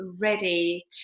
ready